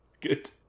Good